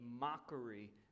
mockery